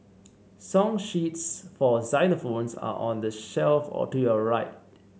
song sheets for xylophones are on the shelf all to your right